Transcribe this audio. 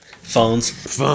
Phones